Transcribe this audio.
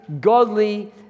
godly